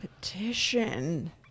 Petition